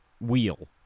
wheel